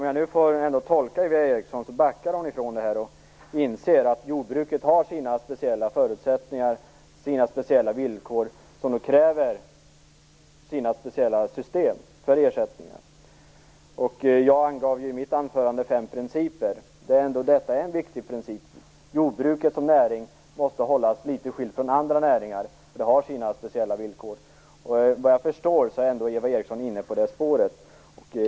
Jag tolkar nu Eva Erikssons svar som att hon backar och inser att jordbruket har sina speciella förutsättningar och villkor som kräver sina speciella system för ersättningar. Jag angav i mitt anförande fem principer, och det här är en sådan viktig princip: Jordbruket som näring måste hållas litet skild från andra näringar, eftersom det har sina speciella villkor. Vad jag förstår är också Eva Eriksson inne på det spåret.